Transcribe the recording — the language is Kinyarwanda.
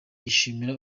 yishimira